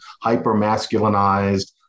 hyper-masculinized